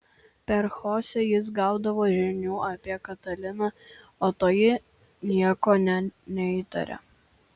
per chosę jis gaudavo žinių apie kataliną o toji nieko nė neįtarė